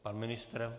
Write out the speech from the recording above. Pan ministr?